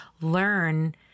learn